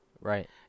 Right